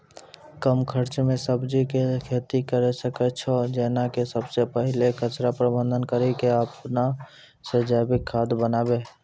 कम खर्च मे सब्जी के खेती करै सकै छौ जेना कि सबसे पहिले कचरा प्रबंधन कड़ी के अपन से जैविक खाद बनाबे?